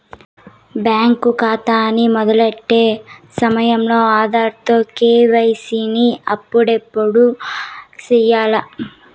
bank కాతాని మొదలెట్టే సమయంలో ఆధార్ తో కేవైసీని అప్పుడేటు సెయ్యాల్ల